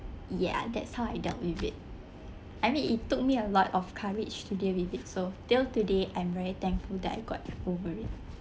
ya that's how I dealt with it I mean it took me a lot of courage to deal with it so untill today I'm very thankful that I got over it